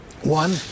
One